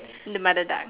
the mother duck